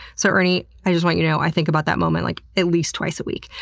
so ernie, i just want you to know, i think about that moment like at least twice a week.